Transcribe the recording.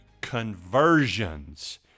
conversions